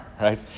right